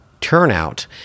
turnout